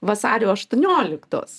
vasario aštuonioliktos